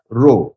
row